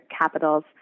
capitals